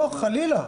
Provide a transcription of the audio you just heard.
לא, חלילה.